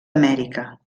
amèrica